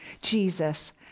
Jesus